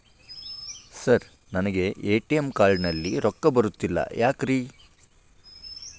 Sir ನನಗೆ ATM card ನಲ್ಲಿ ರೊಕ್ಕ ಬರತಿಲ್ಲ ಯಾಕ್ರೇ?